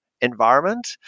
environment